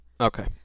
Okay